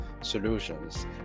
solutions